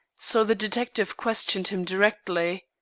so the detective questioned him directly.